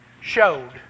showed